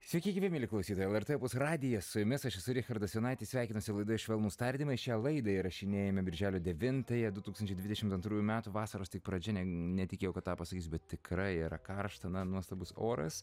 sveiki gyvi mieli klausytojai lrt opus radijas su jumis aš esu richardas jonaitis sveikinuosi laidoje švelnūs tardymai šią laidą įrašinėjame birželio devintąją du tūkstaniai dvidešimt antrųjų metų vasaros pradžia ne netikėjau kad tą pasakysiu bet tikrai yra karšta na nuostabus oras